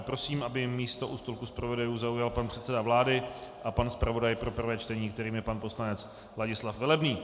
Prosím, aby místo u stolku zpravodajů zaujal pan předseda vlády a pan zpravodaj pro prvé čtení, kterým je pan poslanec Ladislav Velebný.